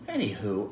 Anywho